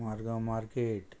Margao market